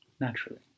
naturally